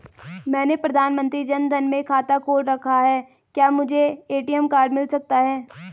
मैंने प्रधानमंत्री जन धन में खाता खोल रखा है क्या मुझे ए.टी.एम कार्ड मिल सकता है?